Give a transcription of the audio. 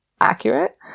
accurate